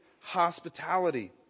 hospitality